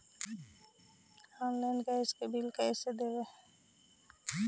Online gas के bill कैसे देबै?